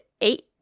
eight